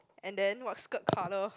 and then what skirt colour